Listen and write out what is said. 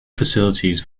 facilities